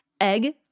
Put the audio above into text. egg